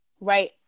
right